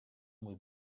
mój